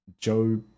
Joe